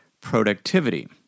productivity